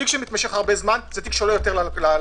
תיק שמתנהל הרבה זמן - עולה יותר ללקוחות.